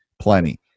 Plenty